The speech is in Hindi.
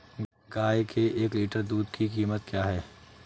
गाय के एक लीटर दूध की कीमत क्या है?